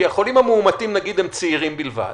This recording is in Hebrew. כי החולים המאומתים נגיד צעירים בלבד,